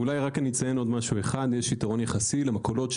אציין עוד יתרון יחסי של המכולות: